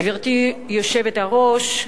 גברתי היושבת-ראש,